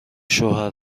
شوهر